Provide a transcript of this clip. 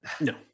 No